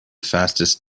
fastest